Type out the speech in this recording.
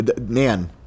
man